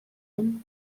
homme